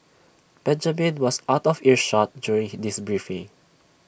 Benjamin was out of earshot during this briefing